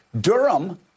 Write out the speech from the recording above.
Durham